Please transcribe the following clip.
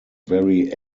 very